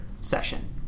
session